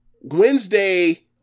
Wednesday